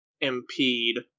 impede